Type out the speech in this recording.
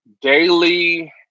daily